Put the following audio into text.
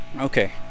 Okay